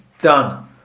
Done